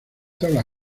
tabla